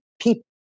people